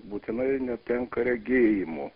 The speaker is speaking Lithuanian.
būtinai netenka regėjimo